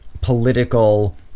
political